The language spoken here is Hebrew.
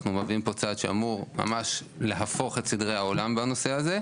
אנחנו מביאים פה צעד שאמור ממש להפוך את סדרי העולם בנושא הזה.